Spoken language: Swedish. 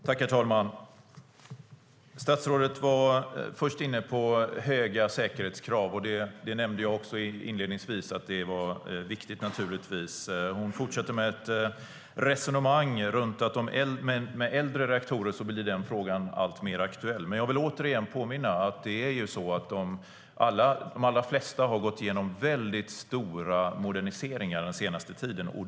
Herr talman! Statsrådet var först inne på höga säkerhetskrav. Jag nämnde också inledningsvis att det var viktigt. Hon fortsätter med ett resonemang om att med äldre reaktorer blir den frågan alltmer aktuell. Jag vill återigen påminna om att de allra flesta har gått igenom väldigt stora moderniseringar den senaste tiden.